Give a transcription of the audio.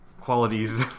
Qualities